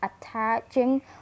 attaching